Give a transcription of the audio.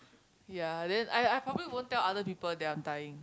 ya then I I probably won't tell other people that I'm dying